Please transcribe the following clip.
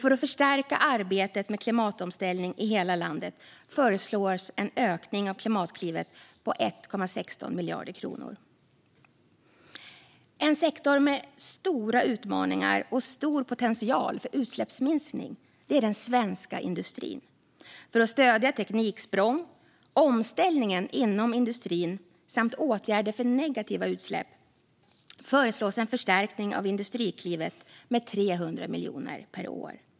För att förstärka arbetet med klimatomställning i hela landet föreslås en ökning av Klimatklivet med 1,16 miljarder kronor. En sektor med stora utmaningar och stor potential för utsläppsminskningar är den svenska industrin. För att stödja tekniksprång, omställningen inom industrin och åtgärder för negativa utsläpp föreslås en förstärkning av Industriklivet med 300 miljoner kronor per år.